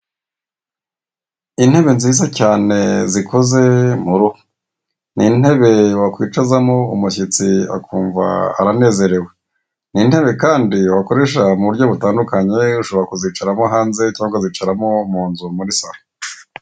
Intebe nziza cyane, zikoze mu ruhu. Ni intebe wakwicazamo umushyitsi akumva aranezerewe. Ni intebe kandi wakoresha mu buryo butandukanye, ushobora kuzicaramo hanze cyangwa ukazicaramo mu nzu muri salo.